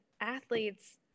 athletes